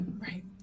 Right